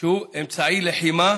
שהוא אמצעי לחימה